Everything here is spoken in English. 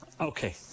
Okay